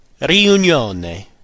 Riunione